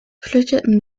flüchteten